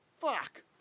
Fuck